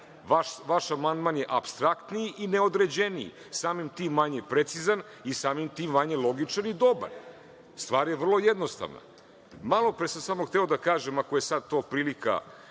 amandman je apstraktniji i neodređeniji, a samim tim, manje precizan i samim tim manje logičan i dobar. Stvar je vrlo jednostavna. Malopre sam samo hteo da kažem, ako je sada to prilika,